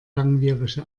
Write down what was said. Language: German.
langwierige